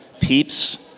Peeps